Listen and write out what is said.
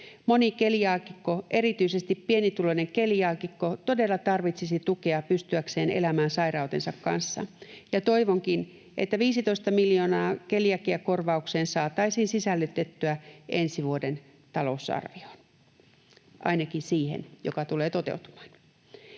Moni keliaakikko, erityisesti pienituloinen keliaakikko, todella tarvitsisi tukea pystyäkseen elämään sairautensa kanssa, ja toivonkin, että keliakiakorvaukseen saataisiin sisällytettyä ensi vuoden talousarvioon 15 miljoonaa — ainakin siihen, joka tulee toteutumaan.